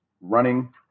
running